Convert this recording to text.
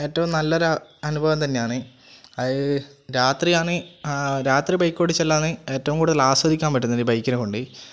ഏറ്റവും നല്ലൊരു അനുഭവം തന്നെയാണ് അത് രാത്രി ആണ് രാത്രി ബൈക്ക് ഓടിച്ചാലാണ് ഏറ്റവും കൂടുതൽ ആസ്വദിക്കാൻ പറ്റുന്നത് ബൈക്കിനെ കൊണ്ട്